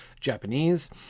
Japanese